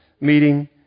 meeting